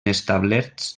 establerts